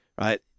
right